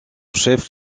chef